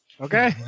Okay